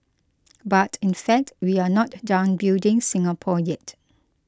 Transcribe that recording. but in fact we are not done building Singapore yet